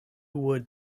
would